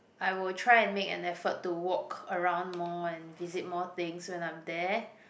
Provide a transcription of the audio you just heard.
I will try and make an effort to walk around mall and visit more things when I'm there